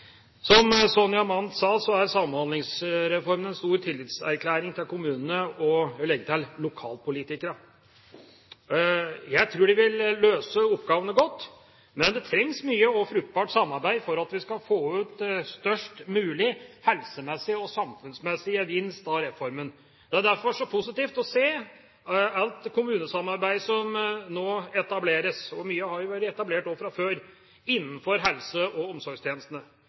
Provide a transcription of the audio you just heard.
Som Sonja Mandt sa, er Samhandlingsreformen en stor tillitserklæring til kommunene og – jeg vil legge til – lokalpolitikerne. Jeg tror de vil løse oppgavene godt, men det trengs mye og fruktbart samarbeid for at vi skal få ut størst mulig helsemessig og samfunnsmessig gevinst av reformen. Det er derfor positivt å se alt kommunesamarbeid som nå etableres – og mye har jo vært etablert fra før – innenfor helse- og omsorgstjenestene.